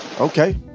okay